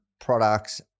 products